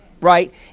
right